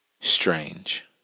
Strange